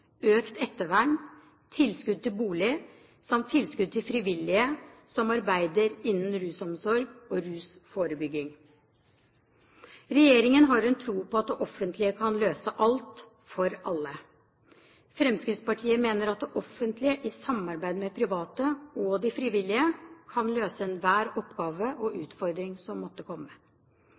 økt ettervern, tilskudd til bolig samt tilskudd til frivillige som arbeider innen rusomsorg og rusforebygging. Regjeringen har en tro på at det offentlige kan løse alt for alle. Fremskrittspartiet mener at det offentlige i samarbeid med de private og de frivillige kan løse enhver oppgave og utfordring som måtte komme.